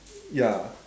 ya